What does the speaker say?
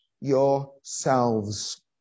yourselves